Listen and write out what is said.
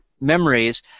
memories